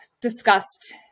discussed